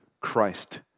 Christ